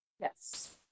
Yes